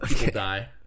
die